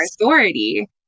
authority